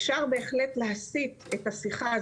אפשר בהחלט להסית את השיחה,